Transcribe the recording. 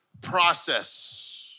process